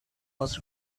was